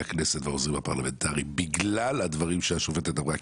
הכנסת והעוזרים הפרלמנטריים בגלל הדברים שהשופטת אמרה,